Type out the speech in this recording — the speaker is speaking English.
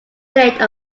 date